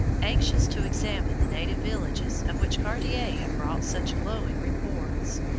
anxious to examine the native villages of which cartier had brought such glowing reports.